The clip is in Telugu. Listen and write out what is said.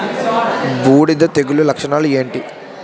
బూడిద తెగుల లక్షణాలు ఏంటి?